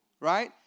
right